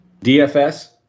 DFS